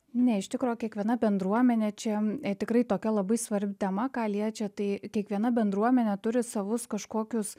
ne iš tikro kiekviena bendruomenė čia tikrai tokia labai svarbi tema ką liečia tai kiekviena bendruomenė turi savus kažkokius